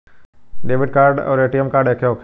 Debit card आउर ATM card एके होखेला?